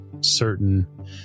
certain